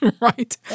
Right